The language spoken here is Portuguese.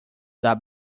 dar